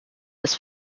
des